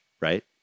right